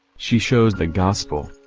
she shows the gospel.